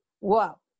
Wow